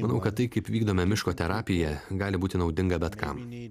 manau kad tai kaip vykdome miško terapiją gali būti naudinga bet kam